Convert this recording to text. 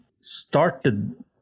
started